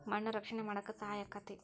ಮಣ್ಣ ರಕ್ಷಣೆ ಮಾಡಾಕ ಸಹಾಯಕ್ಕತಿ